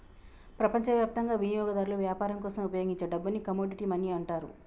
ప్రపంచవ్యాప్తంగా వినియోగదారులు వ్యాపారం కోసం ఉపయోగించే డబ్బుని కమోడిటీ మనీ అంటారు